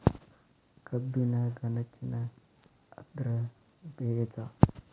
ಕಬ್ಬಿನ ಗನಕಿನ ಅದ್ರ ಬೇಜಾ